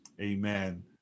Amen